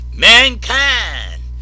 Mankind